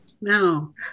Now